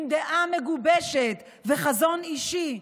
עם דעה מגובשת וחזון אישי,